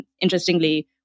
interestingly